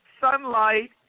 sunlight